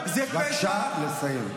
לומר עכשיו שמה שעשינו בעבר רלוונטי?